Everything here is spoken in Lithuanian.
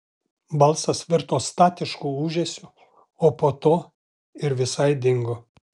balsas virto statišku ūžesiu o po to ir visai dingo